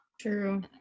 true